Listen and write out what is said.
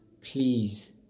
please